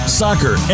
soccer